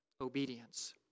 obedience